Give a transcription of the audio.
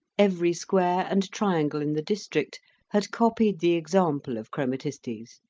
every square and triangle in the district had copied the example of chromatistes,